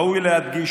ראוי להדגיש,